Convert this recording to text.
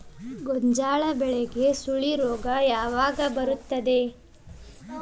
ಗೋಂಜಾಳ ಬೆಳೆಗೆ ಸುಳಿ ರೋಗ ಯಾವಾಗ ಬರುತ್ತದೆ?